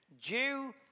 Jew